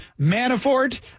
Manafort